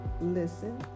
listen